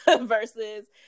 versus